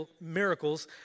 miracles